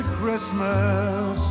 christmas